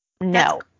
no